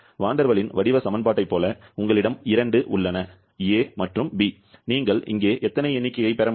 வான் der வாலின் வடிவ சமன்பாட்டைப் போல உங்களிடம் இரண்டு உள்ளன a மற்றும் b நீங்கள் இங்கே எத்தனை எண்னிக்கையை பார்க்க முடியும்